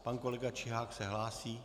Pan kolega Čihák se hlásí?